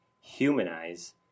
humanize